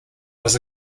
was